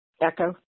echo